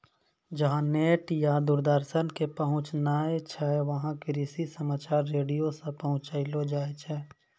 जहां नेट या दूरदर्शन के पहुंच नाय छै वहां कृषि समाचार रेडियो सॅ पहुंचैलो जाय छै